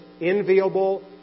enviable